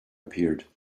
appeared